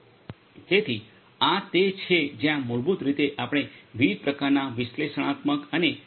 તેથી આ તે છે જ્યાં મૂળભૂત રીતે આપણે વિવિધ પ્રકારના વિશ્લેષણાત્મક અને એ